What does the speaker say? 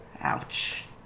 Ouch